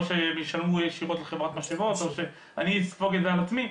או שישלמו ישירות לחברת משאבות או שאני אספוג את זה על עצמי'.